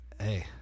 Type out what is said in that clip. hey